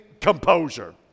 composure